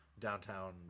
downtown